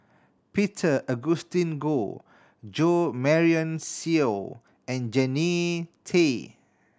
Peter Augustine Goh Jo Marion Seow and Jannie Tay